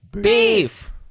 Beef